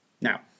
Now